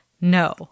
no